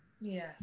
Yes